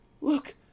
look